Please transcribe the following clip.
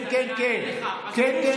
כן, כן, כן.